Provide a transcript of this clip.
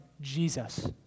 Jesus